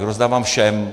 Rozdávám všem.